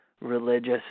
religious